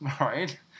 right